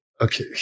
Okay